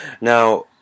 Now